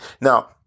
Now